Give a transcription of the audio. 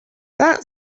that